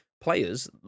players